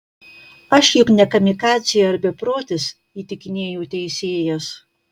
aš juk ne kamikadzė ar beprotis įtikinėjo teisėjas